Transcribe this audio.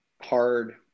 hard